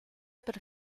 per